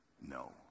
no